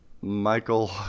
Michael